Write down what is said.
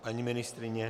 Paní ministryně?